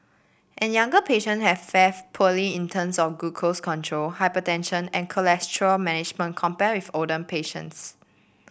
and younger patient have fared poorly in terms of glucose control hypertension and cholesterol management compared with older patients